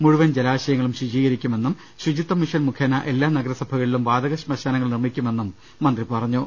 മുഴുവൻ ജലാശയങ്ങളും ശുചീ കരിക്കുമെന്നും ശുചിത്വമിഷൻ മുഖേന എല്ലാ നഗരസഭകളിലും വാതക ശ്മശാന ങ്ങൾ നിർമ്മിക്കുമെന്നും മന്ത്രി പറഞ്ഞു